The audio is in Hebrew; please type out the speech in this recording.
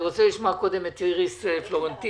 אני רוצה לשמוע קודם את איריס פלורנטין,